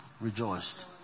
rejoiced